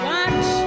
Watch